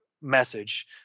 message